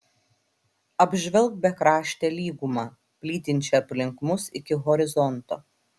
apžvelk bekraštę lygumą plytinčią aplink mus iki horizonto